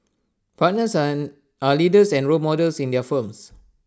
partners an are leaders and role models in their firms